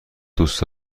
دوست